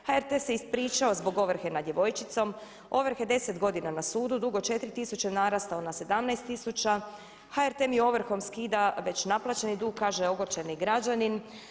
HRT se ispričao zbog ovrhe nad djevojčicom, ovrhe 10 godina na sudu, dug od 4 tisuće narastao na 17 tisuća, HRT mi ovrhom skida već naplaćeni dug kaže ogorčeni građanin.